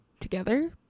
together